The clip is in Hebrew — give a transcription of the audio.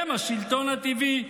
הם השלטון הטבעי,